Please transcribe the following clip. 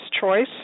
choice